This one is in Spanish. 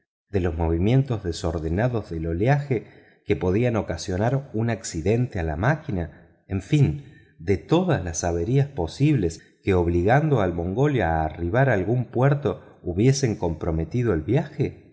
de los movimientos desordenados del oleaje que podían ocasionar un accidente a la maquina en fin de todas las averías posibles que obligando al mongolia a arribar a algún puerto hubiesen comprometido el viaje